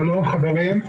אני שואל באותו כיוון.